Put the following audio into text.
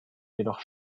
jedoch